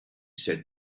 said